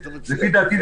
לדעתי,